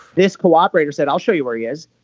this cooperator said i'll show you where he is.